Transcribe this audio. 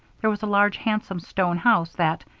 there was a large, handsome stone house that,